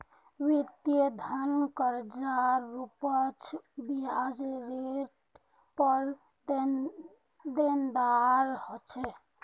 वित्तीय धन कर्जार रूपत ब्याजरेर पर देनदार ह छे